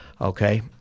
okay